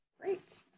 Great